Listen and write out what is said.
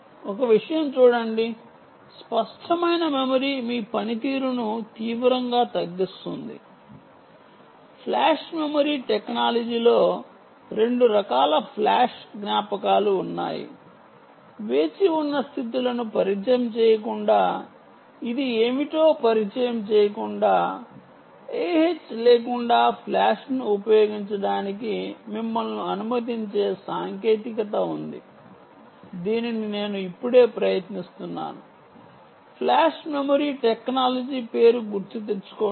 ఒక విషయం చూడండి స్పష్టమైన మెమరీ మీ పనితీరును తీవ్రంగా తగ్గిస్తుంది ఫ్లాష్ మెమరీ టెక్నాలజీలో రెండు రకాల ఫ్లాష్ జ్ఞాపకాలు ఉన్నాయి వేచి ఉన్న స్థితులను పరిచయం చేయకుండా ఇది ఏమిటో పరిచయం చేయకుండా Ah లేకుండా ఫ్లాష్ను ఉపయోగించటానికి మిమ్మల్ని అనుమతించే సాంకేతికత ఉంది దీనిని నేను ఇప్పుడే ప్రయత్నిస్తున్నాను ఫ్లాష్ మెమరీ టెక్నాలజీ పేరు గుర్తుకు తెచ్చుకోండి